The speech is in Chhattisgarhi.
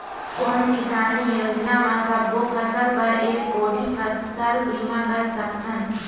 कोन किसानी योजना म सबों फ़सल बर एक कोठी फ़सल बीमा कर सकथन?